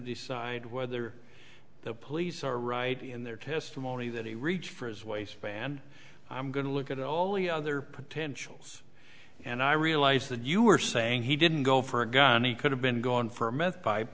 decide whether the police are right in their testimony that he reached for his waistband i'm going to look at all the other potentials and i realize that you are saying he didn't go for a gun he could have been gone for a meth